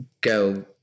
go